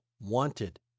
wanted